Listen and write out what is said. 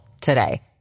today